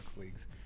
leagues